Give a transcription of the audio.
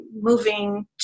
moving